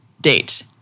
date